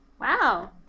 Wow